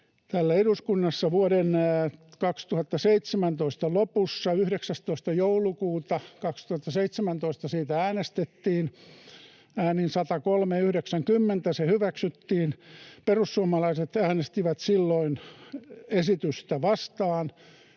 eduskunnassa vuoden 2017 lopussa. 19. joulukuuta 2017 siitä äänestettiin, ja äänin 103—90 se hyväksyttiin. Perussuomalaiset äänestivät silloin esitystä vastaan,